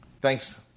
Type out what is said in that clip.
Thanks